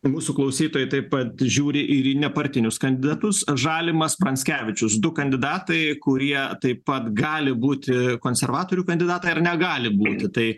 mūsų klausytojai taip pat žiūri ir į nepartinius kandidatus žalimas pranskevičius du kandidatai kurie taip pat gali būti konservatorių kandidatai ar negali būti tai